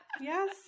Yes